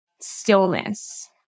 stillness